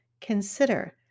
consider